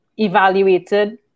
evaluated